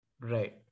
Right